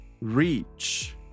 Reach